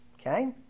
okay